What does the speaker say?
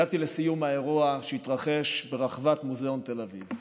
הגעתי לסיום האירוע שהתרחש ברחבת מוזיאון תל אביב.